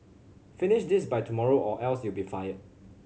finish this by tomorrow or else you'll be fired